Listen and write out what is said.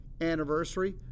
anniversary